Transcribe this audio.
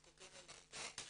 זקוקים למרפא,